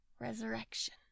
resurrection